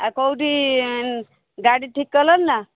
ଆଉ କୋଉଠି ଗାଡ଼ି ଠିକ କଲଣି ନା